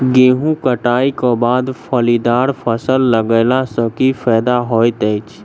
गेंहूँ कटाई केँ बाद फलीदार फसल लगेला सँ की फायदा हएत अछि?